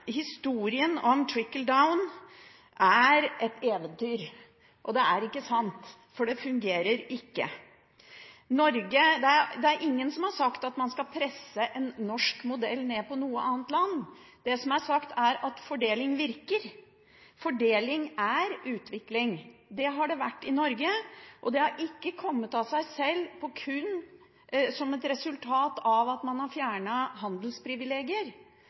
Historien om «trickle-down» er et eventyr – det er ikke sant. Det fungerer ikke. Det er ingen som har sagt at man skal presse en norsk modell på et annet land. Det som er sagt, er at fordeling virker. Fordeling er utvikling. Det har det vært i Norge, og det har ikke kommet av seg selv kun som et resultat av at man har fjernet handelsprivilegier.